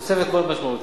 תוספת מאוד משמעותית.